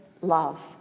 love